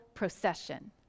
procession